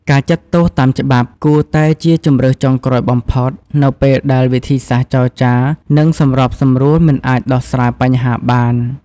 ការចាត់ទោសតាមច្បាប់ គួរតែជា ជម្រើសចុងក្រោយបំផុត នៅពេលដែលវិធីសាស្ត្រចរចា និងសម្របសម្រួលមិនអាចដោះស្រាយបញ្ហាបាន។